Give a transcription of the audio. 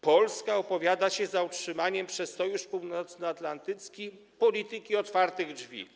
Polska opowiada się za utrzymaniem przez Sojusz Północnoatlantycki polityki otwartych drzwi.